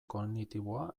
kognitiboa